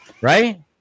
Right